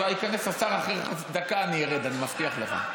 כבר ייכנס השר, אחרי דקה אני ארד, אני מבטיח לך.